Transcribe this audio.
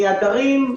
מהדרים,